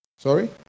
Sorry